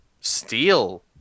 Steel